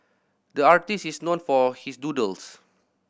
the artist is known for his doodles